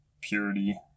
purity